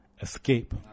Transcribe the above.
Escape